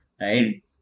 right